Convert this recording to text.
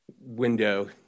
window